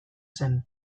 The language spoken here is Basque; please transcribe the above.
zen